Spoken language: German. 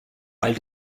all